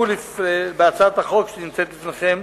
בהצעת החוק שנמצאת לפניכם